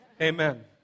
Amen